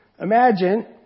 Imagine